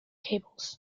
cables